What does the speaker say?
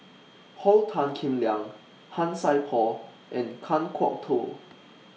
Paul Tan Kim Liang Han Sai Por and Kan Kwok Toh